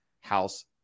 house